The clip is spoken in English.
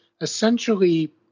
essentially